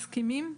מסכימים.